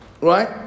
Right